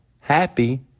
happy